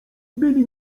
byli